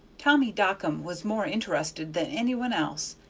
tommy dockum was more interested than any one else,